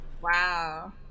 Wow